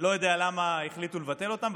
לא יודע למה החליטו לבטל אותם,